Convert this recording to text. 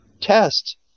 test